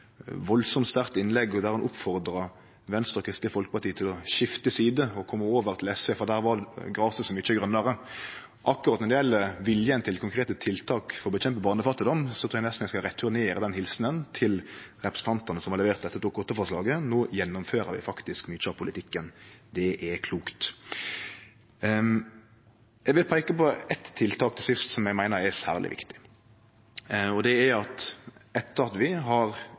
innlegg der han oppfordra Venstre og Kristeleg Folkeparti til å skifte side og kome over til SV, for der var graset så mykje grønare. Akkurat når det gjeld viljen til konkrete tiltak for å kjempe mot barnefattigdom, trur eg nesten eg skal returnere den helsinga til representantane som har levert dette Dokument 8-forslaget. No gjennomfører vi faktisk mykje av politikken. Det er klokt. Til sist vil eg peike på eitt tiltak som eg meiner er særleg viktig. Det er at etter at vi i tidlegare budsjett har